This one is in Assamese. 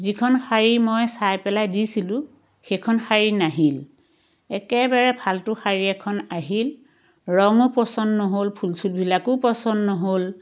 যিখন শাৰী মই চাই পেলাই দিছিলোঁ সেইখন শাৰী নাহিল একেবাৰে ফাল্টু শাৰী এখন আহিল ৰঙো পচন্দ নহ'ল ফুল চুলবিলাকো পচন্দ নহ'ল